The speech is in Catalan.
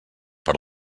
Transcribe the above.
per